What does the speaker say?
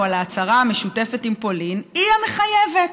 על ההצהרה המשותפת עם פולין היא המחייבת,